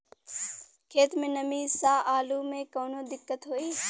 खेत मे नमी स आलू मे कऊनो दिक्कत होई?